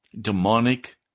demonic